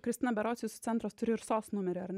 kristina berods jūsų centras turi ir sos numerį ar ne